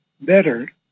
better